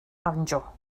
banjo